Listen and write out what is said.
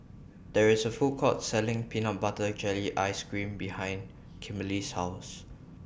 There IS A Food Court Selling Peanut Butter Jelly Ice Cream behind Kimberly's House